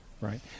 Right